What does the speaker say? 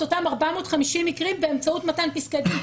אותם 450 מקרים באמצעות מתן פסקי דין,